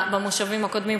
במושבים הקודמים,